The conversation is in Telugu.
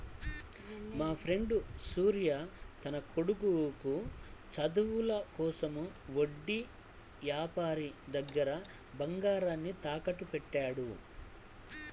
మాఫ్రెండు సూర్య తన కొడుకు చదువుల కోసం వడ్డీ యాపారి దగ్గర బంగారాన్ని తాకట్టుబెట్టాడు